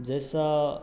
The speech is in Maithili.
जाहिसँ